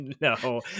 No